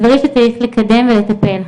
דברים שצריך לקדם ולטפל.